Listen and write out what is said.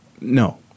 No